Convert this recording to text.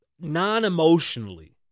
non-emotionally